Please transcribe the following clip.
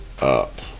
up